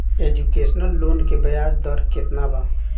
Education loan के ब्याज दर केतना बा?